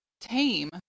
tame